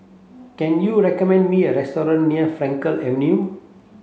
can you recommend me a restaurant near Frankel Avenue